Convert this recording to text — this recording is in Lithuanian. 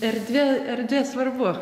erdvė erdvė svarbu